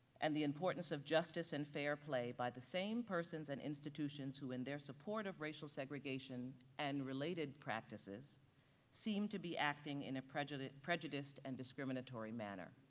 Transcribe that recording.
and the importance of justice and fair play by the same persons and institutions who in their support of racial segregation and related practices seem to be acting in a prejudice, prejudiced and discriminatory manner.